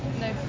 No